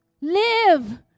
Live